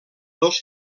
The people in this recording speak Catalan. dos